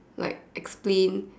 like explain